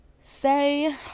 say